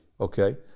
okay